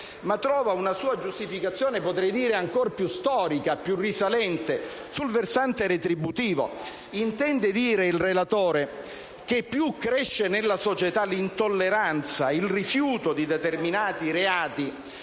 ma trova una sua giustificazione ancora più storica e risalente sul versante retributivo. Intende dire il relatore che più crescono nella società l'intolleranza ed il rifiuto di determinati reati,